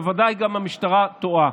בוודאי גם המשטרה טועה,